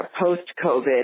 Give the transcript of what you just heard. post-COVID